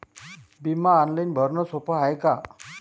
बिमा ऑनलाईन भरनं सोप हाय का?